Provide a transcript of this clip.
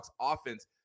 offense